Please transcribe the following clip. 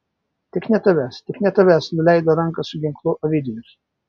tik ne tavęs tik ne tavęs nuleido ranką su ginklu ovidijus